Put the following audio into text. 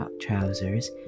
trousers